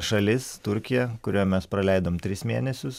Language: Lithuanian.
šalis turkija kurioj mes praleidom tris mėnesius